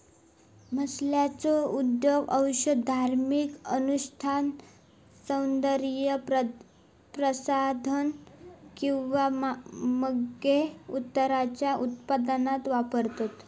मसाल्यांचो उपयोग औषध, धार्मिक अनुष्ठान, सौन्दर्य प्रसाधन किंवा मगे उत्तराच्या उत्पादनात वापरतत